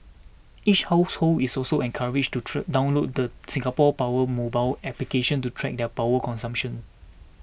each household is also encouraged to treat download the Singapore Power mobile application to track their power consumption